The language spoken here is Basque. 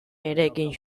eraikin